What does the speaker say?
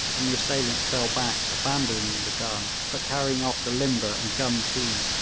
and the assailants fell back, abandoning the gun, but carrying off the limber and gun-team.